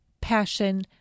passion